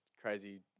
crazy